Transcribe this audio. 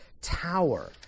tower